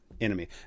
enemy